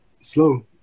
slow